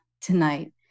tonight